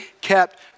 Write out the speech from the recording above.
kept